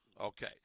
Okay